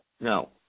No